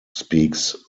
speaks